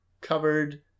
covered